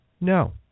No